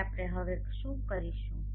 તેથી આપણે હવે શું કરીશું